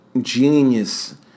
genius